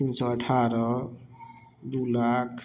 तीन सए अठारह दू लाख